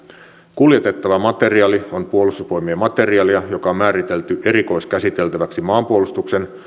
kuljetettava materiaali on puolustusvoimien materiaalia joka on määritelty erikoiskäsiteltäväksi maanpuolustuksen